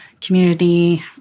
community